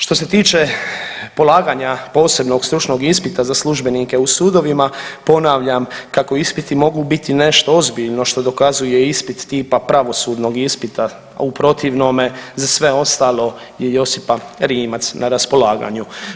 Što se tiče polaganja posebnog stručnog ispita za službenike u sudovima, ponavljam kako ispiti mogu biti nešto ozbiljno što dokazuje ispit tipa pravosudnog ispita, a u protivnome za sve ostalo je Josipa Rimac na raspolaganju.